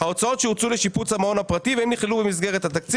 ההוצאות שהוצאו לשיפוץ המעון הפרטי ואם נכללו במסגרת התקציב